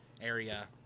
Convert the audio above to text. area